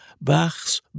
Bach's